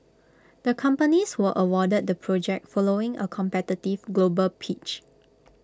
the companies were awarded the project following A competitive global pitch